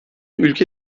ülke